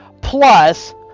Plus